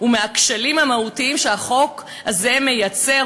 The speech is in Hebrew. ומהכשלים המהותיים שהחוק הזה מייצר,